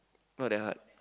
not that hard